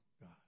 God